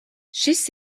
šis